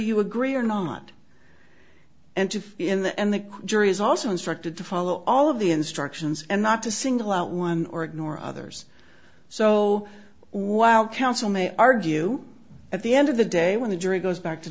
you agree or not and in the end the jury is also instructed to follow all of the instructions and not to single out one or ignore others so while council may argue at the end of the day when the jury goes back to